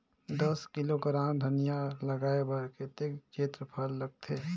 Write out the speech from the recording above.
दस किलोग्राम धनिया लगाय बर कतेक क्षेत्रफल लगथे?